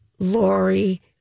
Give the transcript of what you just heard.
Lori